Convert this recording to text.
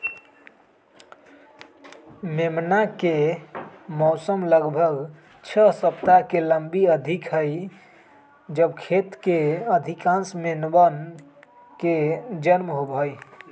मेमना के मौसम लगभग छह सप्ताह के लंबी अवधि हई जब खेत के अधिकांश मेमनवन के जन्म होबा हई